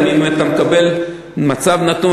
לפעמים אתה מקבל מצב נתון,